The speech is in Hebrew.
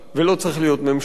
ולא צריך להיות ממשלתי,